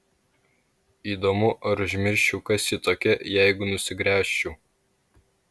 įdomu ar užmirščiau kas ji tokia jeigu nusigręžčiau